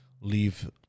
leave